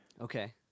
Okay